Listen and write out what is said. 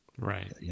Right